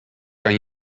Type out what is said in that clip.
kan